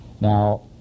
Now